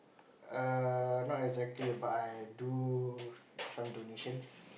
err not exactly but I do some donations